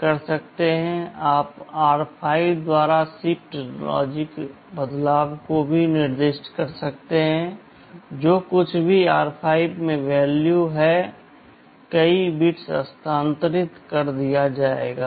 कर सकते है आप r5 द्वारा शिफ्ट लॉजिक बदलाव को भी निर्दिष्ट कर सकते हैं जो कुछ भी r5 में मान है कई बिट्स स्थानांतरित कर दिया जाएगा